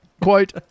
Quote